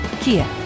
Kia